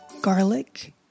garlic